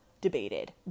debated